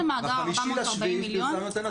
ב-5 ביולי פרסמנו את הנתון.